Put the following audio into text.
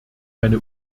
meine